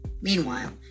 Meanwhile